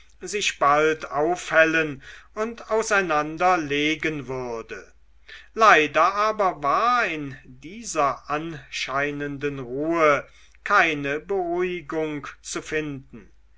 sich bald aufhellen und auseinanderlegen würde leider aber war in dieser anscheinenden ruhe keine beruhigung zu finden